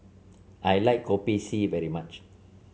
I like Kopi C very much